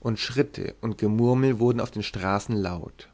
und schritte und gemurmel wurden auf den straßen laut